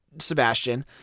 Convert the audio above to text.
Sebastian